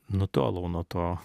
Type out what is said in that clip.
nutolau nuo to